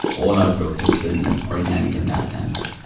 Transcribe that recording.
all our growth has been organic in that sentence,